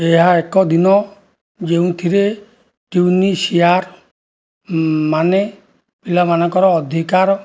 ଏହା ଏକ ଦିନ ଯେଉଁଥିରେ ଟ୍ୟୁନିସିଆର ମାନେ ପିଲାମାନଙ୍କର ଅଧିକାର